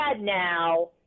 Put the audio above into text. now